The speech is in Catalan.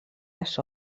les